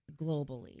globally